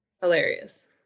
Hilarious